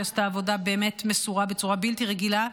שעשתה עבודה באמת מסורה בצורה בלתי רגילה,